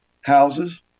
houses